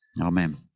amen